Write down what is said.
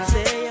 Say